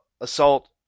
assault